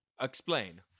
Explain